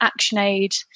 ActionAid